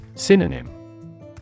Synonym